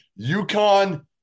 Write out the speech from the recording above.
UConn